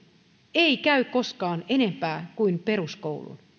ei käy koskaan enempää kuin peruskoulun